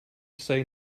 say